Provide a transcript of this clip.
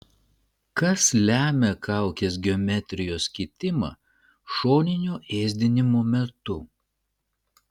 kas lemia kaukės geometrijos kitimą šoninio ėsdinimo metu